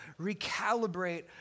recalibrate